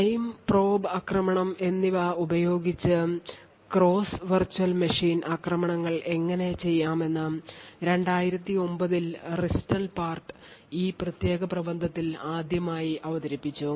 prime probe ആക്രമണം എന്നിവ ഉപയോഗിച്ച് ക്രോസ് വെർച്വൽ മെഷീൻ ആക്രമണങ്ങൾ എങ്ങനെ ചെയ്യാമെന്ന് 2009 ൽ റിസ്റ്റൻപാർട്ട് ഈ പ്രത്യേക പ്രബന്ധത്തിൽ ആദ്യമായി അവതരിപ്പിച്ചു